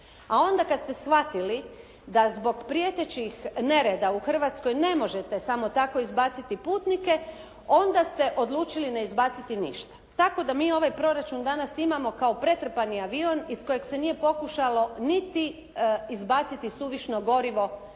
A onda kad ste shvatili da zbog prijetećih nereda u Hrvatskoj ne možete samo tako izbaciti putnike, onda ste odlučili ne izbaciti ništa. Tako da mi ovaj proračun danas imamo kao pretrpani avion iz kojeg se nije pokušalo niti izbaciti suvišno gorivo